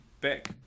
back